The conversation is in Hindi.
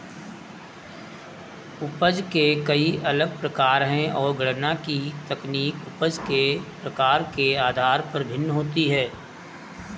उपज के कई अलग प्रकार है, और गणना की तकनीक उपज के प्रकार के आधार पर भिन्न होती है